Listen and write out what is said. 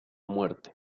muerte